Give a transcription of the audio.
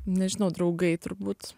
nežinau draugai turbūt